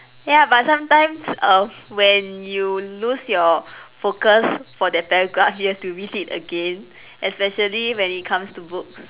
ya but sometimes err when you lose your focus for that paragraph you have to read it again especially when it comes to books